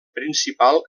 principal